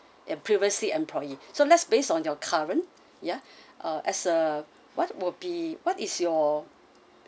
and previously employee so let's based on your current ya uh as a what will be what is your